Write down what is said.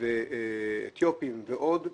אתיופים ועוד,